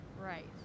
Right